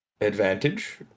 advantage